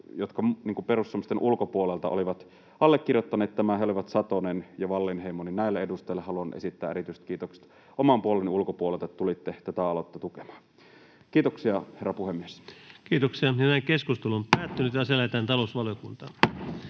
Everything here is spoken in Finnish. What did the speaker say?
jotka perussuomalaisten ulkopuolelta olivat allekirjoittaneet tämän. He olivat Satonen ja Wallinheimo. Näille edustajille haluan esittää erityiset kiitokset, että oman puolueenne ulkopuolelta tulitte tätä aloitetta tukemaan. — Kiitoksia, herra puhemies. [Speech 239] Speaker: Ensimmäinen varapuhemies Antti Rinne